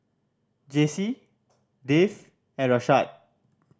Jessy Dave and Rashaad